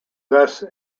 thus